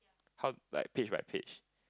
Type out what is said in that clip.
how like page by page